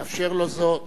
אאפשר לו זאת.